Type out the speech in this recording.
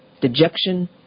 dejection